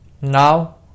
Now